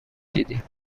دیدیم